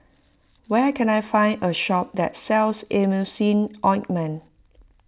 where can I find a shop that sells Emulsying Ointment